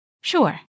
Sure